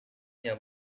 yang